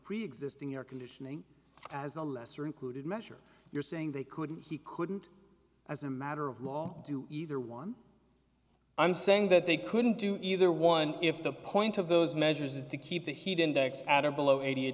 preexisting air conditioning as a lesser included measure you're saying they couldn't he couldn't as a matter of law do either one i'm saying that they couldn't do either one if the point of those measures to keep the heat index at or below eighty eight